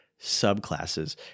subclasses